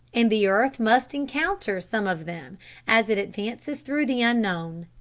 and the earth must encounter some of them as it advances through the unknown.